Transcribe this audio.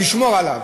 נשמור עליו.